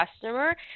customer